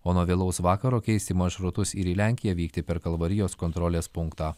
o nuo vėlaus vakaro keisti maršrutus ir į lenkiją vykti per kalvarijos kontrolės punktą